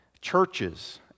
churches